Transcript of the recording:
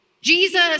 Jesus